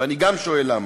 ואני גם שואל, למה?